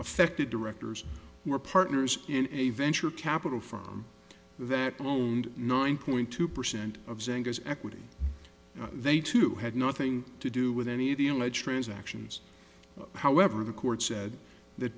affected directors who are partners in a venture capital firm that moaned nine point two percent of sanders equity they too had nothing to do with any of the alleged transactions however the court said that